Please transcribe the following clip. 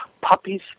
puppies